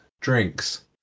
drinks